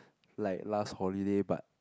like last holiday but